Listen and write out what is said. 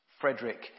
Frederick